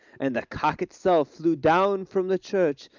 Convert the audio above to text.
and the cock itself flew down from the church,